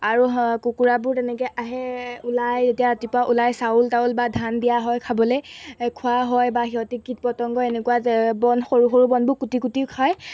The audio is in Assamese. আৰু হা কুকুৰাবোৰ তেনেকৈ আহে ওলাই যেতিয়া ৰাতিপুৱা ওলাই চাউল তাউল বা ধান দিয়া হয় খাবলৈ খোৱা হয় বা সিহঁতে কীট পতংগ এনেকুৱা যে বন সৰু সৰু বনবোৰ কুটি কুটিও খায়